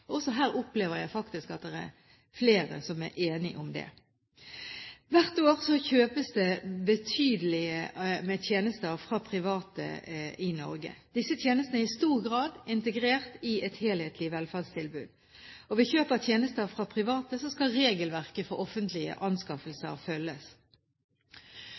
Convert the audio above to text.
Også her opplever jeg faktisk at det er flere som er enige om det. Hvert år kjøpes det betydelig med tjenester fra private i Norge. Disse tjenestene er i stor grad integrert i et helhetlig velferdstilbud. Ved kjøp av tjenester fra private skal regelverket for offentlige anskaffelser følges.